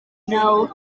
know